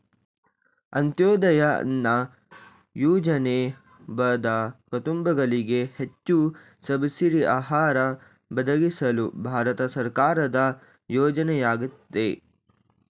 ಅಂತ್ಯೋದಯ ಅನ್ನ ಯೋಜನೆ ಬಡ ಕುಟುಂಬಗಳಿಗೆ ಹೆಚ್ಚು ಸಬ್ಸಿಡಿ ಆಹಾರ ಒದಗಿಸಲು ಭಾರತ ಸರ್ಕಾರದ ಯೋಜನೆಯಾಗಯ್ತೆ